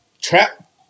trap